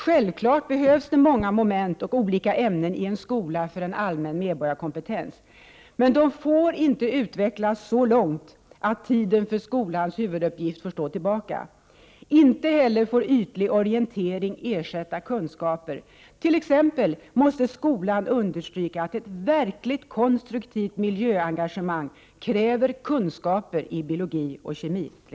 Självfallet behövs många olika ämnen och moment i en skola för allmän medborgarkompetens. Men de får inte utvecklas så långt att tiden för skolans huvuduppgift får stå tillbaka. Inte heller får ytlig orientering ersätta kunskaper. Skolan måste t.ex. understryka att ett verkligt konstruktivt miljöengagemang kräver kunskaper i biologi och kemi.